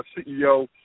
CEO